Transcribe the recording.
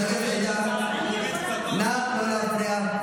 חברת הכנסת עאידה, נא לא להפריע.